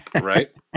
right